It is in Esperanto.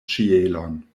ĉielon